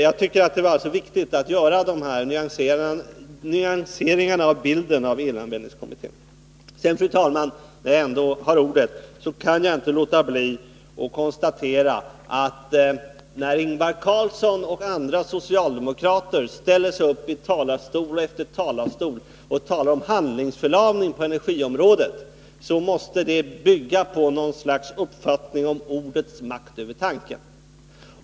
Jag tycker att det är viktigt att göra dessa nyanseringar av den bild som givits av elanvändningskommitténs resultat. Fru talman! När jag ändå har ordet kan jag inte låta bli att konstatera att Ingvar Carlssons och andra socialdemokraters utläggningar i talarstol efter talarstol om handlingsförlamning på energiområdet måste bygga på något slags uppfattning om ordets makt över tanken.